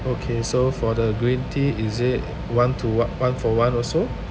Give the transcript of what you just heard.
okay so for the green tea is it one to one-for-one also